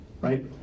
right